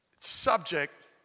subject